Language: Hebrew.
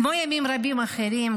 כמו ימים רבים אחרים,